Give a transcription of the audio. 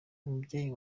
umubyeyi